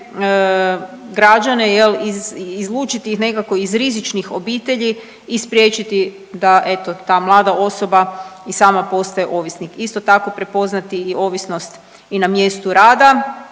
građane jel, izlučiti ih nekako iz rizičnih obitelji i spriječiti da eto ta mlada osoba i sama postaje ovisnik, isto tako prepoznati i ovisnost na mjestu rada